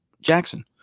Jackson